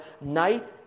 night